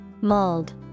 Mold